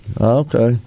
Okay